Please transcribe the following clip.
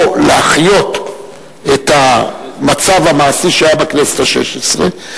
או להחיות את המצב המעשי שהיה בכנסת השש-עשרה,